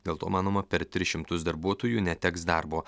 dėl to manoma per tris šimtus darbuotojų neteks darbo